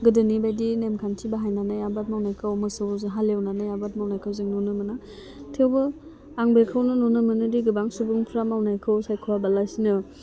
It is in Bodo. गोदोनि बायदि नेमखान्थि बाहायनानै आबाद मावनायखौ मोसौजों हाल एवनानै आबाद मावनायखौ जों नुनो मोना थेवबो आं बेखौनो नुनो मोनोदि गोबां सुबुंफ्रा मावनायखौ सायख'आबालासिनो